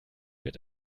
wird